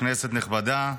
כנסת נכבדה,